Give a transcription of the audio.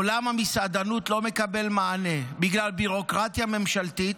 עולם המסעדנות לא מקבל מענה בגלל ביורוקרטיה ממשלתית,